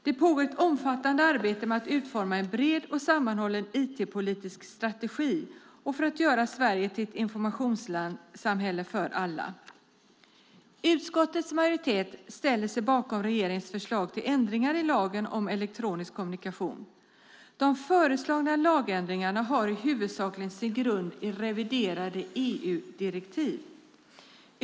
Det pågår ett omfattande arbete med att utforma en bred och sammanhållen IT-politisk strategi och för att göra Sverige till ett informationssamhälle för alla. Utskottets majoritet ställer sig bakom regeringens förslag till ändringar i lagen om elektronisk kommunikation. De föreslagna lagändringarna har huvudsakligen sin grund i reviderade EU-direktiv.